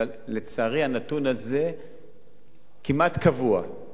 אבל לצערי הנתון הזה כמעט קבוע,